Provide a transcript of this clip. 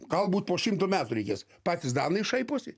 galbūt po šimto metų reikės patys danai šaiposi